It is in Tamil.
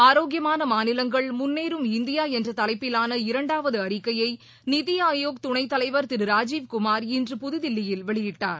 ஆரோக்கியமான மாநிலங்கள் முன்ளேறும் இந்தியா என்ற தலைப்பிலான இரண்டாவது அறிக்கையை நித்தி ஆயோக் தணைத் தலைவர் திரு ராஜீவ் குமார் இன்று புதுதில்லியில் வெளியிட்டார்